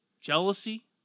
jealousy